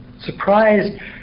Surprised